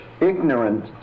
ignorant